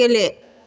गेले